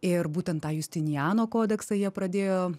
ir būtent tą justiniano kodeksą jie pradėjo